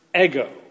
ego